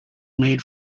made